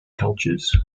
cultures